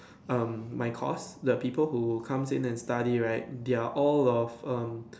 um my course the people who comes in and study right they are all of um